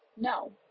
No